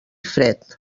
fred